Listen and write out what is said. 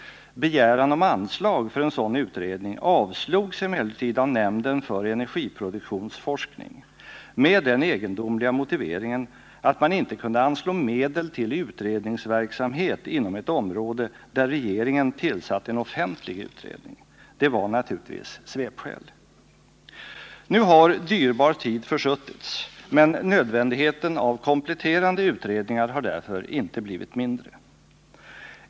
Begäran om anslag för en sådan utredning avslogs emellertid av nämnden för energiproduktionsforskning med den egendomliga motiveringen att man inte kunde anslå medel till utredningsverksamhet inom ett område där regeringen tillsatt en offentlig utredning. Det var naturligtvis svepskäl. Nu har dyrbar tid försuttits, men nödvändigheten av kompletterande utredningar har därför inte blivit mindre.